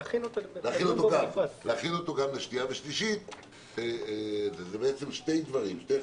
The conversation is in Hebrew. להכין אותו --- להכין אותו גם לשנייה ושלישית - זה בעצם שתי חלקים.